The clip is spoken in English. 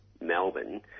Melbourne